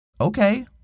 Okay